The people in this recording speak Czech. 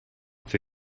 asi